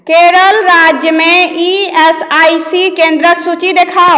केरल राज्यमे E S I C केन्द्रक सूची देखाउ